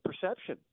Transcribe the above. perception